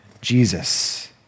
Jesus